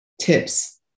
tips